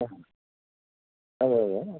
അ അതെയതെ